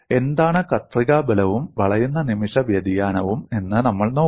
എന്താണ് കത്രിക ബലവും വളയുന്ന നിമിഷ വ്യതിയാനവും എന്ന് നമ്മൾ നോക്കും